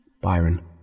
Byron